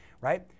right